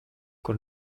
kur